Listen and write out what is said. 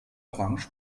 orange